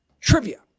trivia